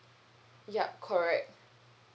yup correct